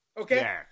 Okay